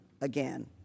again